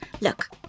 Look